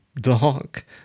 dark